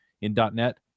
in.net